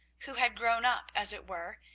who had grown up, as it were,